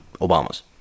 Obama's